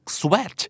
sweat